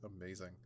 amazing